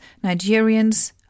Nigerians